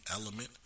element